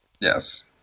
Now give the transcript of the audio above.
Yes